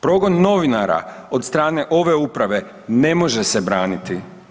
Progon novinara od strane ove uprave ne može se braniti.